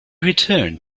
returned